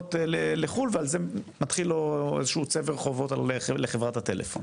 בשיחות לחו"ל ועל זה מתחיל לו איזשהו צבר חובות לחברת הטלפון.